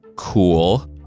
Cool